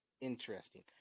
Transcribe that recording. interesting